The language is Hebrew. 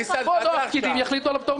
פקידים יחליטו על הפטור ממכרז?